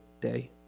day